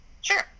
Sure